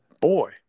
Boy